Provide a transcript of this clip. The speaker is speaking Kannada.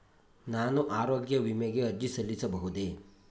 ನಾನು ಆರೋಗ್ಯ ವಿಮೆಗೆ ಅರ್ಜಿ ಸಲ್ಲಿಸಬಹುದೇ?